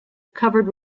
covered